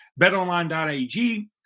BetOnline.ag